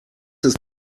ist